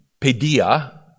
pedia